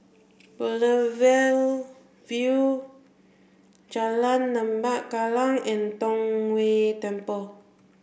Boulevard Vue Jalan Lembah Kallang and Tong Whye Temple